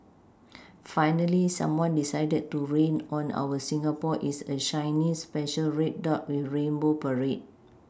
finally someone decided to rain on our Singapore is a shiny special red dot with rainbow parade